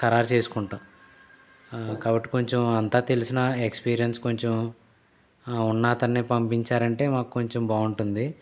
ఖరారు చేసుకుంటాం కాబట్టి కొంచం అంతా తెలిసిన ఎక్స్పీరియన్స్ కొంచం ఉన్న అతన్ని పంపించారంటే మాకు కొంచెం బాగుంటుంది